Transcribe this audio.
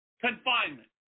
confinement